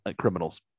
criminals